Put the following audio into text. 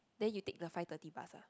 then you take the five thirty bus ah